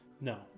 no